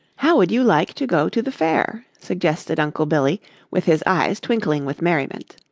how would you like to go to the fair? suggested uncle billy with his eyes twinkling with merriment.